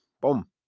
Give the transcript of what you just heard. boom